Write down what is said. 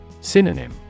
Synonym